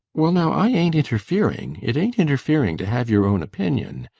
well now, i ain't interfering. it ain't interfering to have your own opinion.